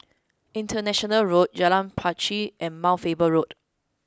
International Road Jalan Pacheli and Mount Faber Road